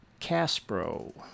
Caspro